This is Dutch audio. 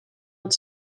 het